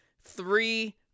Three